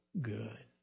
good